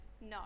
No